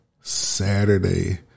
Saturday